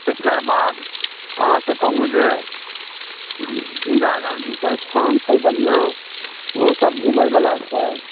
एकर बाद अहाँके कहू जे इन्दिरा गाँधी सँस्थान छै बढ़िआँ ओहोसब घुमैवला छै